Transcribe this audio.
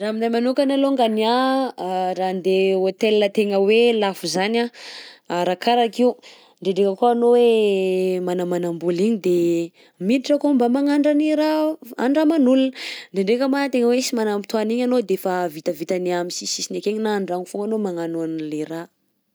Raha aminahy manokana alongany anh, raha andeha hôtel tegna lafo izany anh, arakaraka io._x000D_ Ndraindraika koa anao hoe manamanam-bola igny de miditra akao mba magnandrana i raha f- andraman'olona. _x000D_ Ndraindraika ma tegna hoe sy manam-potoàna iny anao de efa vitavita any am'sisisisiny akegny na an-dragno foagna anao magnano an'lay raha.